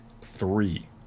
Three